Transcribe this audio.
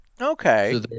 Okay